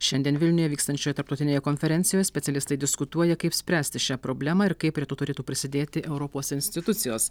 šiandien vilniuje vykstančioje tarptautinėje konferencijoje specialistai diskutuoja kaip spręsti šią problemą ir kaip prie to turėtų prisidėti europos institucijos